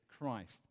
Christ